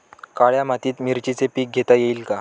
काळ्या मातीत मिरचीचे पीक घेता येईल का?